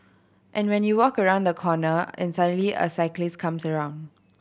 and when you walk around a corner and suddenly a cyclist comes around